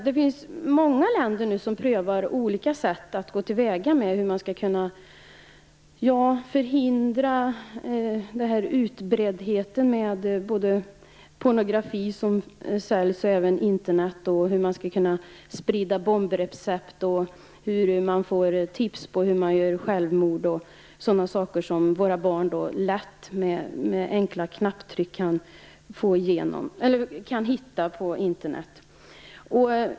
Det finns många länder som nu prövar olika sätt att gå till väga för att förhindra denna utbreddhet av pornografi som säljs, bombrecept som sprids, tips om hur man begår självmord och sådana saker som våra barn med enkla knapptryckningar kan hitta på Internet.